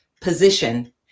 position